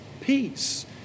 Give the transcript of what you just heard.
peace